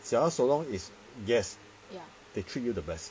只要 so long is guest they treat you the best